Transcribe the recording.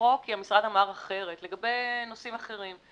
כי המשרד אמר אחרת, לגבי נושאים אחרים.